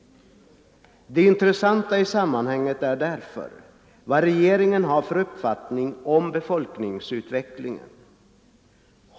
Det intressanta i sammanhanget är därför vad regeringen har för uppfattning om befolkningsutvecklingen.